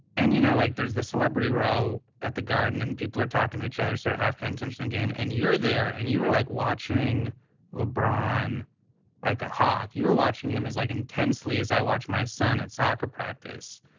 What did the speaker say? and you know, like, there's the celebrity row at the garden and people are talking to each other, sort of half paying attention to the game. and you're there. and you were, like, watching lebron like a hawk. you were watching him as, like, intensely as i watch my son at soccer practice.